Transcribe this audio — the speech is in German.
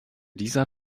dieser